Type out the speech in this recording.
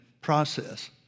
process